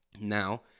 Now